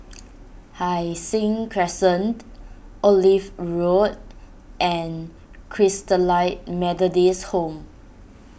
Hai Sing Crescent Olive Road and Christalite Methodist Home